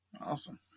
Awesome